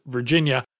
Virginia